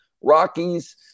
Rockies